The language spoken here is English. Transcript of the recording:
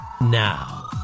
Now